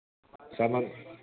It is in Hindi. सामान